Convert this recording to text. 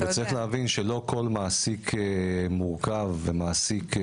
צריך להבין שלא כל מעסיק מורכב וקשוח